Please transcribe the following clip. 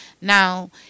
Now